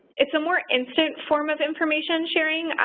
it's a more instant form of information sharing.